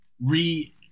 re